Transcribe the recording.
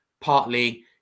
partly